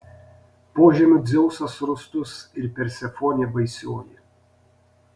požemių dzeusas rūstus ir persefonė baisioji